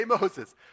Moses